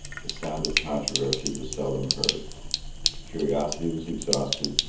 the sound of controversy was seldom heard curiosity was exhausted,